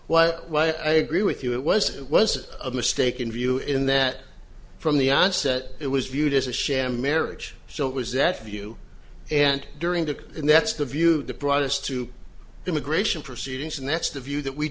while i agree with you it was it was a mistake in view in that from the onset it was viewed as a sham marriage so it was that view and during the and that's the view that brought us to immigration proceedings and that's the view that we